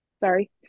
sorry